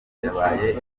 yabaye